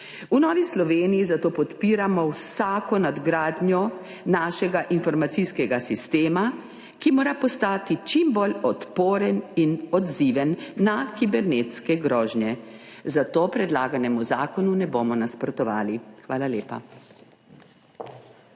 V Novi Sloveniji zato podpiramo vsako nadgradnjo našega informacijskega sistema, ki mora postati čim bolj odporen in odziven na kibernetske grožnje, zato predlaganemu zakonu ne bomo nasprotovali. Hvala lepa.